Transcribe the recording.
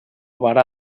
vara